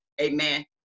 Amen